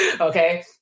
okay